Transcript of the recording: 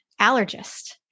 allergist